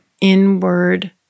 inward